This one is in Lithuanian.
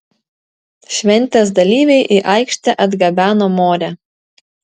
šventės dalyviai į aikštę atgabeno morę